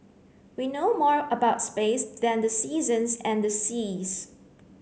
we know more about space than the seasons and the seas